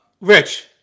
Rich